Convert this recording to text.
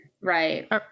right